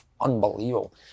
unbelievable